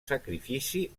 sacrifici